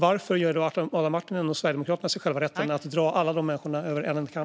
Varför ger Adam Marttinen och Sverigedemokraterna sig själva rätten att dra alla dessa människor över en kam?